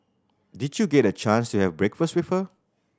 did you get a chance to have breakfast with her